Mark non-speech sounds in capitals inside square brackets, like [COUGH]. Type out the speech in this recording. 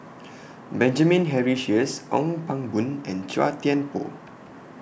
[NOISE] Benjamin Henry Sheares Ong Pang Boon and Chua Thian Poh